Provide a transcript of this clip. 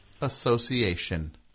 Association